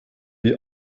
die